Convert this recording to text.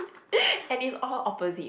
and it's all opposite you